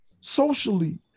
socially